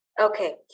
Okay